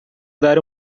dar